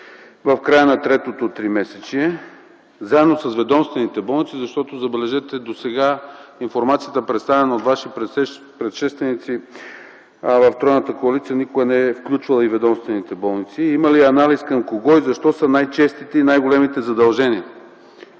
в края на третото тримесечие заедно с ведомствените болници? Забележете, досега информацията, представена от Вашите предшественици от Тройната коалиция, никога не е включвала и ведомствените болници. Има ли анализ, към кого и защо са най-честите и най-големите задължения?